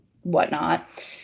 whatnot